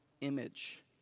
image